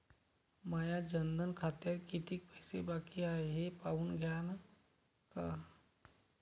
माया जनधन खात्यात कितीक पैसे बाकी हाय हे पाहून द्यान का?